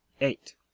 Eight